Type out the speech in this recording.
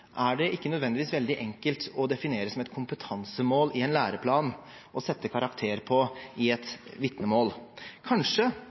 ikke nødvendigvis er veldig enkel å definere som et kompetansemål i en læreplan og sette karakter på i et vitnemål. Kanskje,